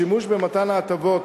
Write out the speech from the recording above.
השימוש במתן ההטבות